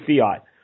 fiat